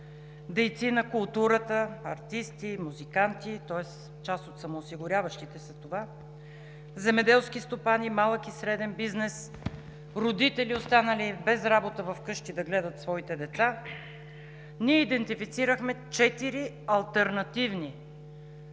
дейци на културата – артисти, музиканти, тоест това са част от самоосигуряващите се, земеделски стопани, малък и среден бизнес, родители, останали без работа вкъщи да гледат своите деца, ние идентифицирахме четири алтернативни